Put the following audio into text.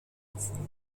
profundon